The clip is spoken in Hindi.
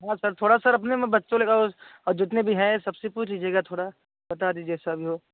हाँ सर थोड़ा सर अपने में बच्चों लेगाओ जितने भी हैं सब से पूछ लीजिएगा थोड़ा बता दीजिए जैसा भी हो